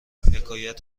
حکایت